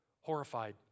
Horrified